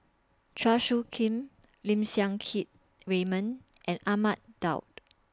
Chua Soo Khim Lim Siang Keat Raymond and Ahmad Daud